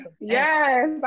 Yes